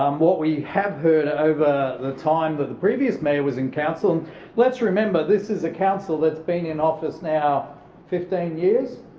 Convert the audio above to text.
um what we have heard over the time that the previous mayor was in council and let's remember this is a council that's been in office now fifteen years.